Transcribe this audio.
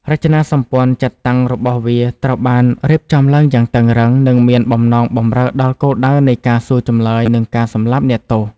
រចនាសម្ព័ន្ធចាត់តាំងរបស់វាត្រូវបានរៀបចំឡើងយ៉ាងតឹងរ៉ឹង និងមានបំណងបម្រើដល់គោលដៅនៃការសួរចម្លើយ និងការសម្លាប់អ្នកទោស។